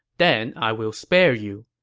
then i will spare you.